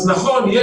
אז נכון,